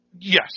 yes